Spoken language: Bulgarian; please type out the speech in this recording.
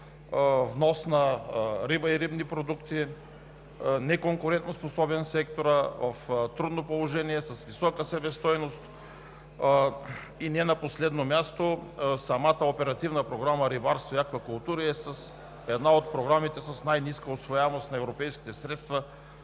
внос на риба и рибни продукти, неконкурентоспособен е секторът, в трудно положение е, с висока себестойност и не на последно място – Оперативна програма „Рибарство и аквакултури“ е една от програмите с най-ниска усвояемост на европейски средства